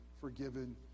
forgiven